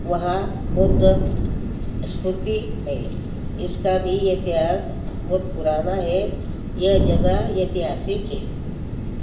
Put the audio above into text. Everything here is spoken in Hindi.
वहाँ बुद्ध स्मिृति है इसका भी इतिहास बहुत पुराना हे यह जगह ऐतिहासिक है